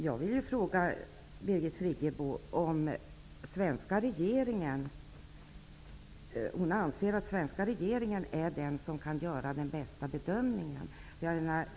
Jag vill fråga Birgit Friggebo om hon anser att den svenska regeringen är den som kan göra den bästa bedömningen.